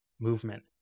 movement